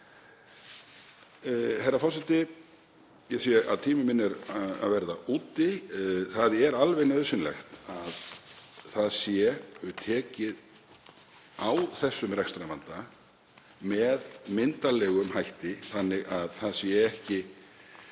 Herra forseti. Ég sé að tími minn er að verða úti. Það er alveg nauðsynlegt að tekið sé á þessum rekstrarvanda með myndarlegum hætti þannig að það sé ekki